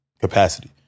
capacity